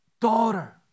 daughter